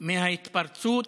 מההתפרצות.